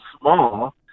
small